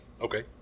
Okay